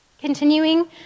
Continuing